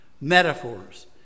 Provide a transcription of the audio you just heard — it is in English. metaphors